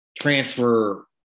transfer